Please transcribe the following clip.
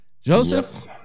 Joseph